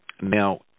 Now